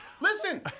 Listen